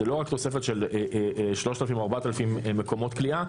זה לא רק תוספת של 3,000 או 4,000 מקומות כליאה,